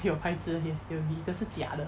有牌子的也是有可是假的